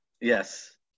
Yes